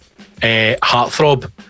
heartthrob